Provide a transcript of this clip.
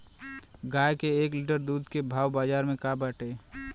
गाय के एक लीटर दूध के भाव बाजार में का बाटे?